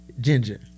Ginger